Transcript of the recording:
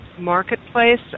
marketplace